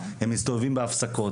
הם מסתובבים בהפסקות,